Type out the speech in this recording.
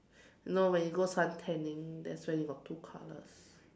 you know when you go suntanning that's why you got two colors